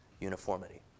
uniformity